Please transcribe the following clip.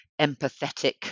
empathetic